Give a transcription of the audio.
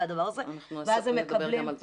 הדבר הזה --- אנחנו נדבר גם על זה.